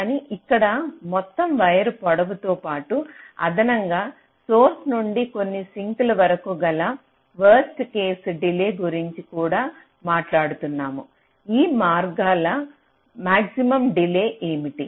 కానీ ఇక్కడ మొత్తం వైర్ పొడవుతో పాటు అదనంగా స్టోర్స్ నుండి కొన్ని సింక్ల వరకు గల వరస్ట్ కేసు డిలే గురించి కూడా మాట్లాడుతున్నాము ఈ మార్గాల మ్యాగ్జిమం డిలే ఏమిటి